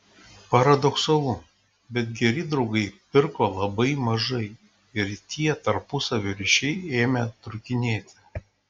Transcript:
paradoksalu bet geri draugai pirko labai mažai ir tie tarpusavio ryšiai ėmė trūkinėti